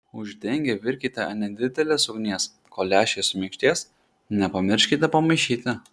uždengę virkite ant nedidelės ugnies kol lęšiai suminkštės nepamirškite pamaišyti